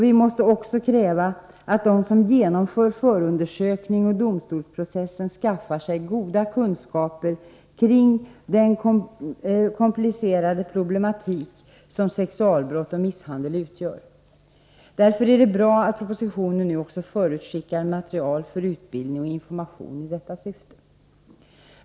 Vi måste också kräva att de som genomför förundersökning och domstolsprocessen skaffar sig goda kunskaper kring den komplicerade problematik som sexualbrott och misshandel utgör. Därför är det bra att propositionen nu förutskickar material för utbildning och information i detta syfte.